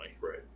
right